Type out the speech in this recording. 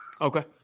Okay